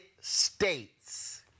States